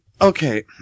okay